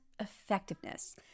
effectiveness